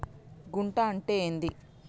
గుంట అంటే ఏంది?